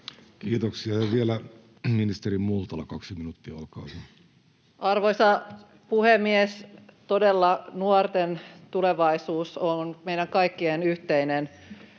Kiitoksia. — Vielä ministeri Multala, kaksi minuuttia, olkaa hyvä. Arvoisa puhemies! Todella, nuorten tulevaisuus ja siitä huolehtiminen